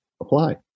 apply